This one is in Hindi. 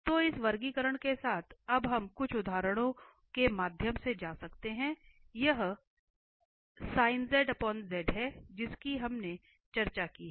तो इस वर्गीकरण के साथ अब हम कुछ उदाहरणों के माध्यम से जा सकते हैं यह है जिसकी हमने चर्चा की है